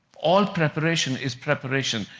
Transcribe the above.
all preparation is preparation.